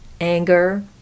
anger